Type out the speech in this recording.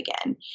again